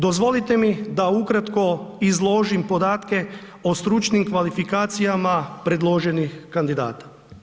Dozvolite mi da ukratko izložim podatke o stručnim kvalifikacijama predloženih kandidata.